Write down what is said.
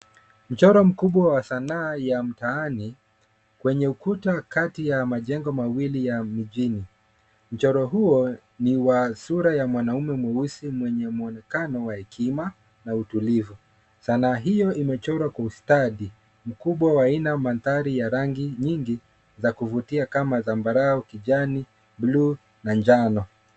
Mchoro mkubwa wa sanaa ya mtaani kwenye ukuta kati ya majengo mawili ya mjini. Mchoro huo ni wa sura ya mwanaume mweusi mwenye muonekano wa hekima na utulivu. Sanaa hiyo imechorwa kwa ustadi mkubwa wa aina ya mandhari ya rangi nyingi za kuvutia kama zambarau, kijani, blue na manjano.